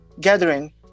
gathering